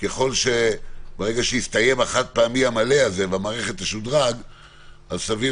ברגע שיסתיים החד-פעמי המלא הזה והמערכת תשודרג אז סביר